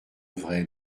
vrai